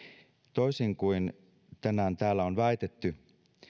toisin kuin tänään täällä on väitetty